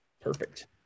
perfect